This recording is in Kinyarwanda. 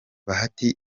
bahati